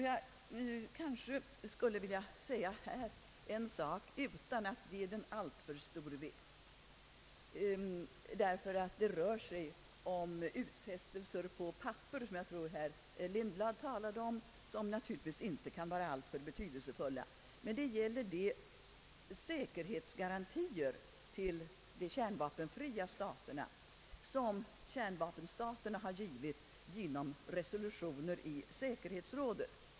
Jag skulle vilja tillägga en sak, utan att lägga alltför stor vikt vid den, eftersom det rör sig om utfästelser på papper — jag tror att herr Lindblad använde det ordet — som naturligtvis inte kan vara alltför betydelsefulla. Jag avser de säkerhetsgarantier till de kärnvapenfria staterna som kärnvapenstaterna givit genom resolutioner i säkerhetsrådet.